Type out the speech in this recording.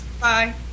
Bye